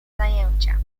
zajęcia